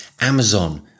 Amazon